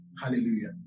Hallelujah